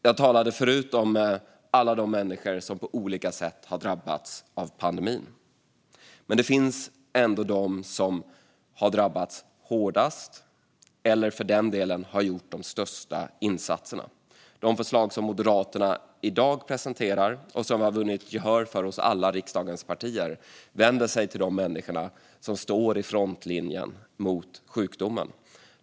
Jag talade tidigare om alla de människor som på olika sätt har drabbats av pandemin, men det finns ändå de som har drabbats hårdast eller har gjort de största insatserna. De förslag som Moderaterna i dag presenterar, och som har vunnit gehör hos alla riksdagens partier, vänder sig till de människor som står i frontlinjen mot sjukdomen.